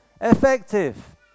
effective